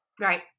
right